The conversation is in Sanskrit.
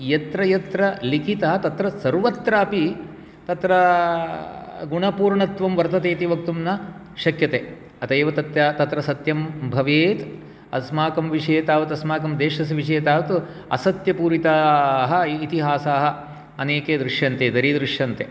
यत्र यत्र लिखितः तत्र सर्वत्रापि तत्र गुणपूर्णत्वं वर्तते इति वक्तुं न शक्यते अतः एव तत्र सत्यं भवेत् अस्माकं विषये तावत् अस्माकं देशस्य विषये तावत् असत्यपूरितः इतिहासाः अनेके दृश्यन्ते दरीदृश्यन्ते